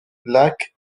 lake